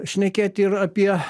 šnekėti ir apie